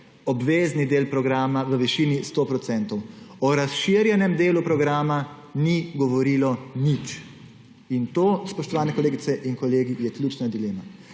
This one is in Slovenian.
obvezni del programa v višini 100 %. O razširjenem delu programa ni govorilo nič. In to, spoštovani kolegice in kolegi, je ključna dilema.